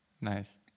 Nice